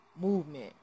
Movement